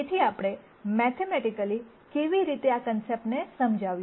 તેથી આપણે મૈથેમૈટિકલી કેવી રીતે આ કોન્સેપ્ટ્સને સમજાવીએ